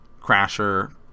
Crasher